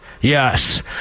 Yes